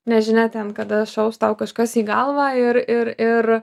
nežinia kada šaus tau kažkas į galvą ir ir ir